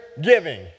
giving